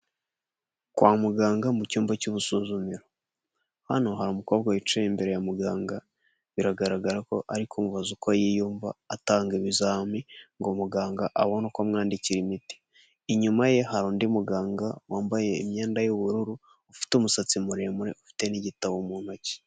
Kwa muganga mu cyumba cy'ubusuzumiro, hano hari umukobwa wicaye imbere ya muganga biragaragara ko ari kumubaza uko yiyumva atanga ibizami ngo muganga abone uko amwandikira imiti, inyuma ye hari undi muganga wambaye imyenda y'ubururu ufite umusatsi muremure, ufite n'igitabo mu ntoki.